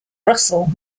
russell